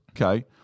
okay